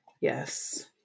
Yes